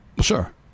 Sure